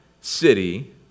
city